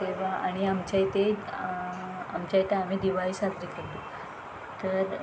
तेव्हा आणि आमच्या इथे आमच्या इथं आम्ही दिवाळी साजरी करतो तर